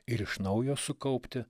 ir iš naujo sukaupti